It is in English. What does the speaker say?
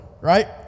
right